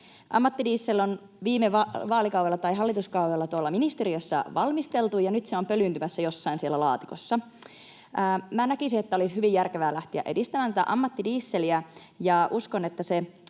Ammattidiesel on viime hallituskaudella tuolla ministe- riössä valmisteltu, ja nyt se on pölyyntymässä jossain siellä laatikossa. Minä näkisin, että olisi hyvin järkevää lähteä edistämään tätä ammattidieseliä, ja uskon, että se